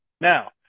Now